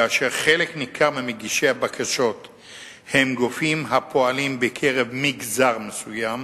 כאשר חלק ניכר ממגישי הבקשות הם גופים הפועלים בקרב מגזר מסוים,